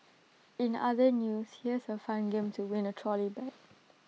in other news here's A fun game to win A trolley bag